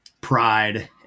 pride